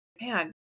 man